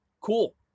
cool